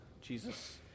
Jesus